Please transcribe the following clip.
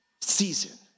season